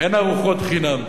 אין ארוחות חינם.